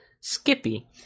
Skippy